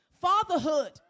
fatherhood